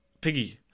piggy